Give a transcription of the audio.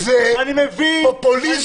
איתן, זה פופוליזם.